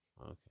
Okay